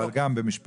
אבל גם במשפט.